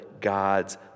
God's